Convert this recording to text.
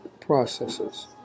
processes